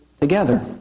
together